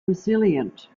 resilient